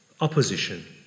opposition